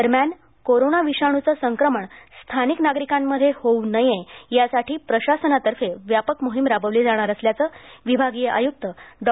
दरम्यात corona विषाणूचं संक्रमण स्थानिक नागरिकांमध्ये होऊ नये यासाठी प्रशासनातर्फे व्यापक मोहीम राबवली जाणार असल्याचं विभागीय आयुक्त डॉ